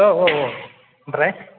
औ औ औ आमफ्राय